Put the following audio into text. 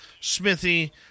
Smithy